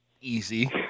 easy